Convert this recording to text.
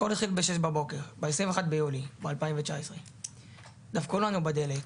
הכל התחיל ב-06:00 בבוקר ב-21 ביולי 2019. דפקו לנו בדלת,